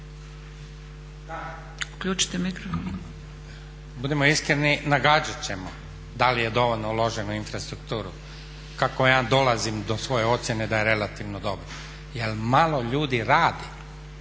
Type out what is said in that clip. Budimo iskreni, nagađat ćemo da li je dovoljno uloženo u infrastrukturu. Kako ja dolazim do svoje ocjene da je relativno dobro, jer malo ljudi radi,